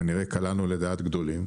אנחנו כנראה קלענו לדעת גדולים,